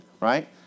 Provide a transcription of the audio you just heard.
right